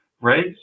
Right